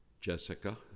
Jessica